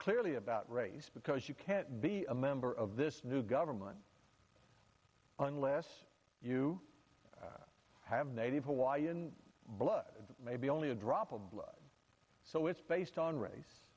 clearly about race because you can't be a member of this new government unless you have native hawaiian blood maybe only a drop of blood so it's based on race